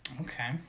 Okay